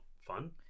fun